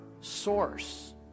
source